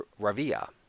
Ravia